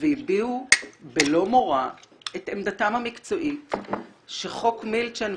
והביעו בלא מורא את עמדתם המקצועית שחוק מילצ'ן,